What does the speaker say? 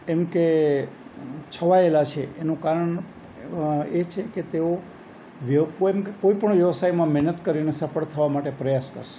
એમ કે છવાયેલા છે એનું કારણ એ છે કે તેઓ કોઈ પણ વ્યવસાયમાં મહેનત કરીને સફળ થવા માટે પ્રયાસ કરશે